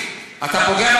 זה נתון שנתן,